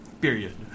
period